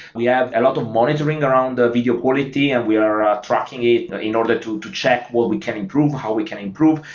we have a lot of monitoring around video quality and we are tracking it in order to to check what we can improve, how we can improve.